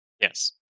Yes